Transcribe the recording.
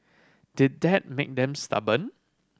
did that make them stubborn